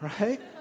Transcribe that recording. right